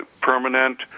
permanent